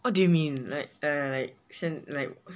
what do you mean like eh like 先 like